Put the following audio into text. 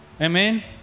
Amen